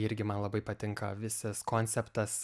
irgi man labai patinka visas konceptas